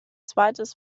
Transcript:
zweites